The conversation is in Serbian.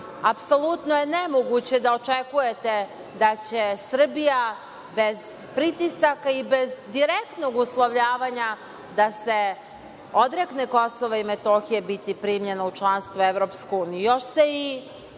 apsolutno je nemoguće da očekujete da će Srbija bez pritisaka i bez direktnog uslovljavanja da se odrekne KiM biti primljena u članstvo EU. Još se i